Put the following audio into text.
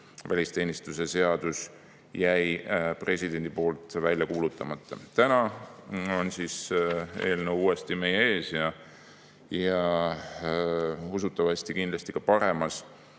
välisteenistuse seadus jäi presidendi poolt välja kuulutamata. Täna on eelnõu uuesti meie ees ja usutavasti paremas